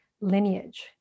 lineage